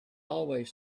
always